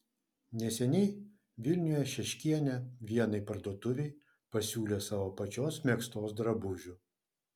neseniai vilniuje šeškienė vienai parduotuvei pasiūlė savo pačios megztos drabužių